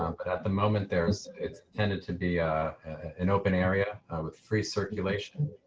um but at the moment there's it tended to be an open area with free circulation,